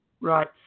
Right